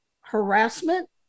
harassment